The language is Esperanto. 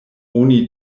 oni